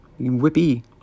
Whippy